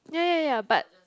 ya ya ya but